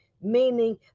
Meaning